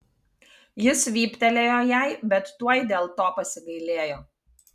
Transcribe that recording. jis vyptelėjo jai bet tuoj dėl to pasigailėjo